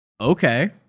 Okay